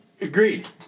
Agreed